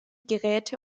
geräte